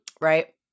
right